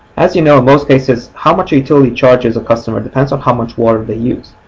as you know, in most cases, how much a utility charges a customer depends on how much water they use.